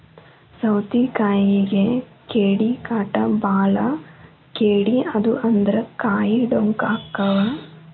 ಸೌತಿಕಾಯಿಗೆ ಕೇಡಿಕಾಟ ಬಾಳ ಕೇಡಿ ಆದು ಅಂದ್ರ ಕಾಯಿ ಡೊಂಕ ಅಕಾವ್